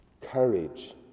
courage